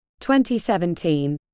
2017